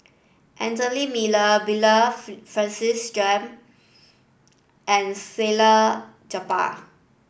Anthony Miller Bernard Francis Jame and Salleh Japar